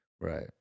right